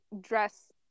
dress